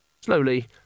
Slowly